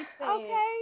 Okay